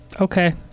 Okay